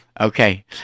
Okay